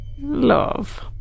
Love